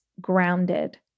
grounded